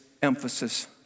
emphasis